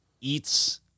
eats